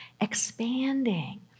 expanding